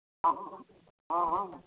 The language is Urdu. ہاں ہاں ہاں ہاں ہاں